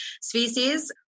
species